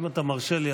אם אתה מרשה לי,